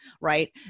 right